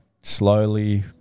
slowly